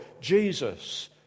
Jesus